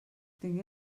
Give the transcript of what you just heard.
tingué